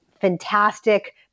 fantastic